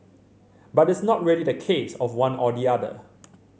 but it's not really the case of one or the other